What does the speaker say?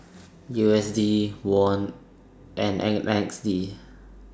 U S D Won and Z D